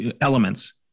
elements